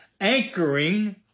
anchoring